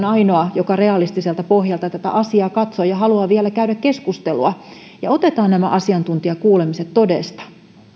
ainoa joka realistiselta pohjalta tätä asiaa katsoo ja haluaa vielä käydä keskustelua otetaan nämä asiantuntijakuulemiset todesta